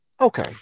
Okay